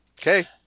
Okay